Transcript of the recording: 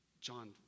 John